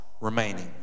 Remaining